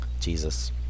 Jesus